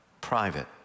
private